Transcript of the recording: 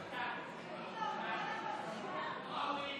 וואווי